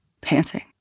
panting